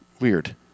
Weird